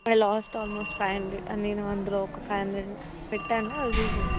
I lost almost five hundred నేను అందులో ఒక ఫైవ్ హండ్రెడ్ పెట్టాను అవి